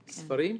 ספרים,